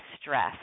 stress